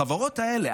החברות האלה,